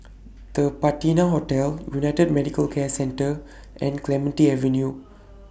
The Patina Hotel United Medical Care Centre and Clementi Avenue